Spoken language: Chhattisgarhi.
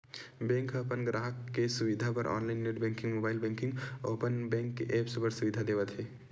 बेंक ह अपन गराहक के सुबिधा बर online net banking, mobile banking अउ अपन बेंक के ऐप्स के सुबिधा देवत हे